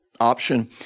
option